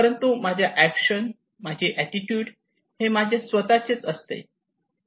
परंतु माझ्या एक्शन आणि माझी एटीट्यूट हे माझे स्वतःचे असते